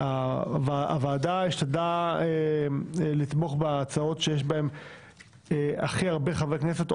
הוועדה השתדלה לתמוך בהצעות שיש בהן הכי הרבה חברי כנסת,